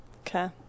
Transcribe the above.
Okay